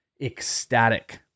ecstatic